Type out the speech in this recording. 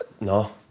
No